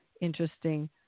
interesting